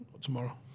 tomorrow